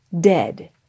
dead